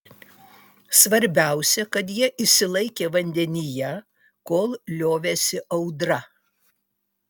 svarbiausia kad jie išsilaikė vandenyje kol liovėsi audra